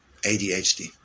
ADHD